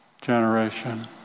generation